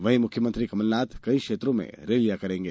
वहीं मुख्यमंत्री कमलनाथ कई क्षेत्रों में रैलियां करेंगे